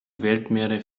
weltmeere